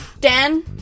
Dan